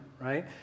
Right